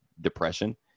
depression